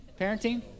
parenting